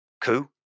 coup